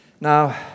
Now